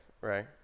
right